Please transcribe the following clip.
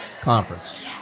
conference